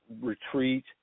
retreat